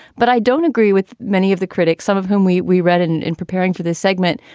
but i don't agree with many of the critics, some of whom we we read in in preparing for this segment,